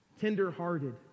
tenderhearted